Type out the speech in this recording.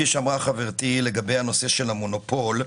כפי שאמרה חברתי לנושא המונופול,